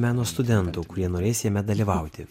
meno studentų kurie norės jame dalyvauti